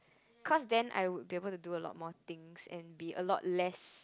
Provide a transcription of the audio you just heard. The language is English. cause then I would be able to do a lot more things and be a lot less